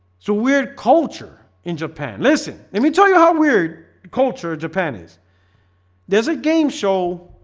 so weird culture in japan listen, let me tell you how weird culture japan is there's a game show.